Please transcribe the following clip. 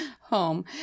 home